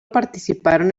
participaron